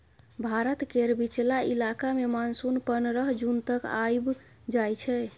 भारत केर बीचला इलाका मे मानसून पनरह जून तक आइब जाइ छै